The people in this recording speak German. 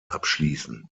abschließen